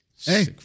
Hey